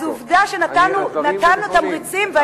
אז עובדה שאנחנו נתנו תמריצים,